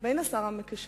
בין השר המקשר,